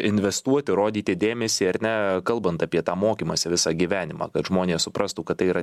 investuoti rodyti dėmesį ar ne kalbant apie tą mokymąsi visą gyvenimą kad žmonės suprastų kad tai yra